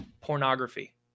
Pornography